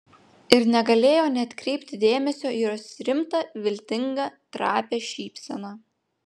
ir negalėjo neatkreipti dėmesio į jos rimtą viltingą trapią šypseną